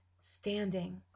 standing